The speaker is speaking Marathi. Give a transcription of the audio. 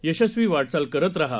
यशस्वीवाटचालकरतरहा